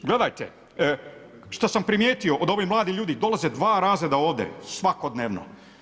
Gledajte što sam primijetio, od ovi mladi ljudi, dolaze 2 razreda ovdje, svakodnevno.